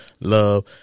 love